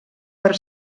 per